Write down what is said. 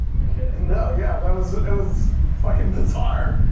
you're kidding. no, yeah, that was it was fucking bizarre.